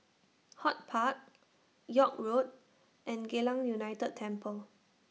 HortPark York Road and Geylang United Temple